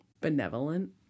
Benevolent